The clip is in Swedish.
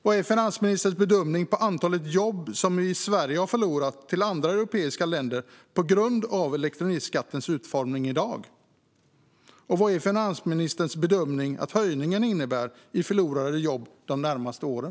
Vad är finansministerns bedömning av antalet jobb som vi i Sverige har förlorat till andra europeiska länder på grund av elektronikskattens utformning i dag? Vad är finansministerns bedömning att höjningen innebär i förlorade jobb de närmaste åren?